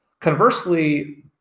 Conversely